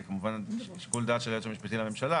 זה כמובן לשיקול דעת היועץ המשפטי לממשלה